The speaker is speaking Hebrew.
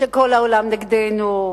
שכל העולם נגדנו.